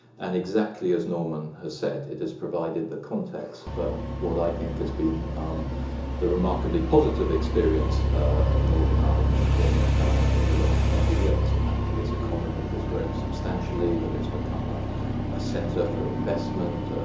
and exactly as norman has said, it has provided the context for what i think has been the remarkably positive experience of northern ireland in in the last twenty years. the fact that its economy has grown substantially, that it's become a ah center for investment,